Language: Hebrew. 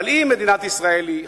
אבל אם מדינת ישראל היא חלשה,